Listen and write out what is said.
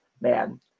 man